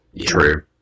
True